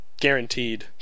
Guaranteed